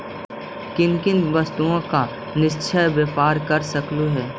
किन किन वस्तुओं का निष्पक्ष व्यापार कर सकलू हे